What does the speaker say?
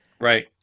Right